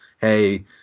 hey